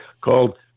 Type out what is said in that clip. called